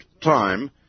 time